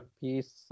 piece